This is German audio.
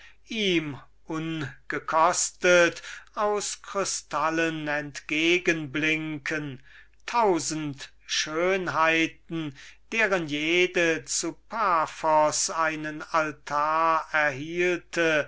ihnen ungekostet aus kristallen entgegenblinken daß tausend schönheiten deren jede zu paphos einen altar erhielte